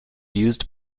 used